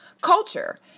culture